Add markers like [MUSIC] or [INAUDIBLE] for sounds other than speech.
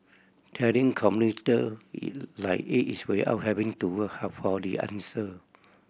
telling commuter [UNINTELLIGIBLE] like it is without having to work hard for the answer